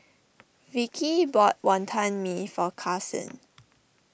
Vicki bought Wonton Mee for Karsyn